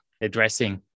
Addressing